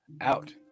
out